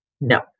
No